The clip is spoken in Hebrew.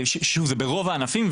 שוב, זה ברוב הענפים.